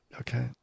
Okay